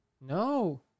No